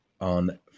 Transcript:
on